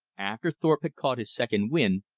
after thorpe had caught his second wind,